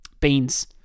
Beans